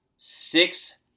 six